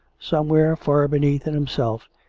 somewhere, far beneath in himself,